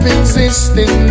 existing